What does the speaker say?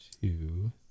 two